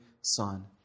son